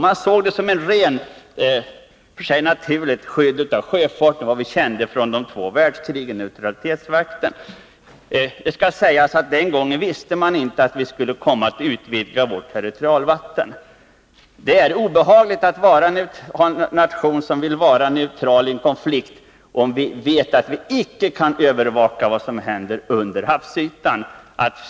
Man såg på detta som enbart en fråga om skydd av sjöfarten, vilket i och för sig var naturligt mot bakgrund av erfarenheterna Nr 164 från de två världskrigen och neutralitetsvakten. Det skall sägas att man den gången inte visste att vi skulle komma att utvidga vårt territorialvatten. Det är obehagligt att vara en nation som vill vara neutral i en konflikt, när vi vet att vi icke kan övervaka vad som händer under havsytan.